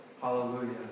Hallelujah